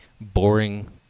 boring